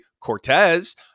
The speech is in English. Cortez